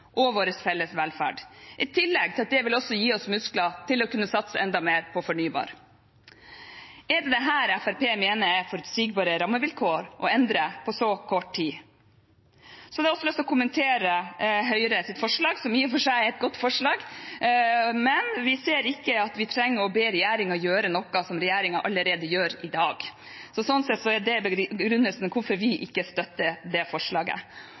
og vår felles velferd, i tillegg til at det også vil gi oss muskler til å kunne satse enda mer på fornybar. Er det dette Fremskrittspartiet mener er forutsigbare rammevilkår, å endre på så kort tid? Jeg hadde også lyst å kommentere Høyres forslag, som i og for seg er et godt forslag, men vi ser ikke at vi trenger å be regjeringen gjøre noe som regjeringen allerede gjør i dag. Sånn sett er det begrunnelsen for hvorfor vi ikke støtter det forslaget.